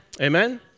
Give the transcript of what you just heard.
Amen